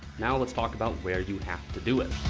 now let's talk about where you have to do it.